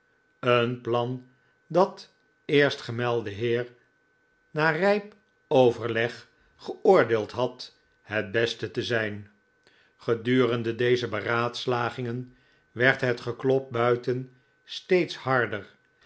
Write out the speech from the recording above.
een plan dat eerstgemelde heer na rijp overleg geoordeeld had het beste te zijn gedurende deze beraadslagingen werd het geklop buiten steeds harder